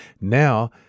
Now